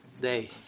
day